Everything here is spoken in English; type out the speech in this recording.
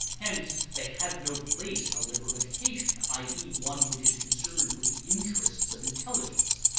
hence they have no place in a liberal education i e, one which is concerned with the interests of intelligence.